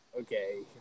Okay